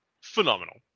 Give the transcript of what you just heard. Phenomenal